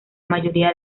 mayoría